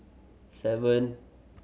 seven